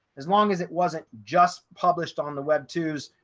as long as it wasn't just published on the web tos.